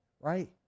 right